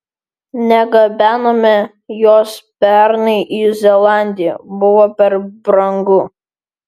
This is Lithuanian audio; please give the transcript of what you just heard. negabenome jos pernai į zelandiją buvo per brangu